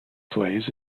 plays